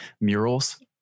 murals